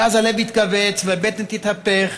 ואז הלב יתכווץ והבטן תתהפך,